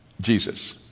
Jesus